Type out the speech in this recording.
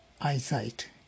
eyesight